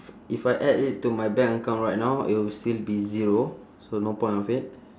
if I add it to my bank account right now it will still be zero so no point of it